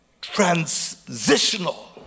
Transitional